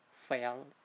fail